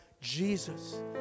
Jesus